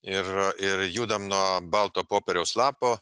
ir ir judam nuo balto popieriaus lapo